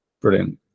brilliant